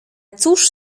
cóż